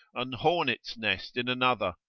an hornet's nest in another.